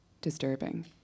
disturbing